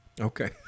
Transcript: Okay